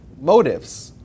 motives